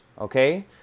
okay